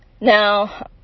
Now